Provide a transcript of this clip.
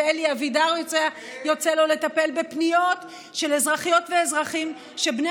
ולאלי אבידר יוצא לטפל בפניות של אזרחיות ואזרחים שבני